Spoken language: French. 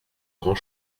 grand